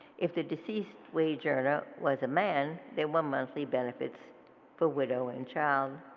if the deceased wage earner was a man there were monthly benefits for widow and child,